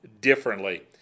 differently